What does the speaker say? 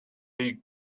big